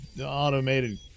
automated